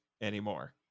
anymore